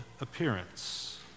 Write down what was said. appearance